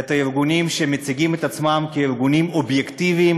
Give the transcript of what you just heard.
את הארגונים שמציגים את עצמם כארגונים אובייקטיביים